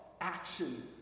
action